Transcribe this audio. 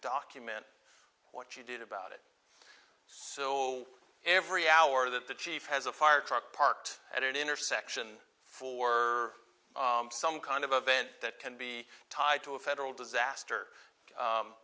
document what you did about it so every hour that the chief has a fire truck parked at an intersection for some kind of event that can be tied to a federal disaster